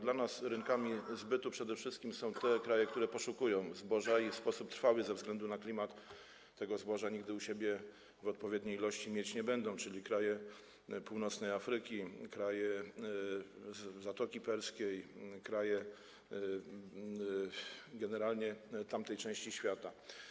Dla nas rynkami zbytu są przede wszystkim te kraje, które poszukują zboża i w sposób trwały ze względu na klimat tego zboża nigdy u siebie w odpowiedniej ilości mieć nie będą, czyli kraje północnej Afryki, kraje Zatoki Perskiej, generalnie kraje tamtej części świata.